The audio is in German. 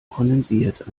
kondensiert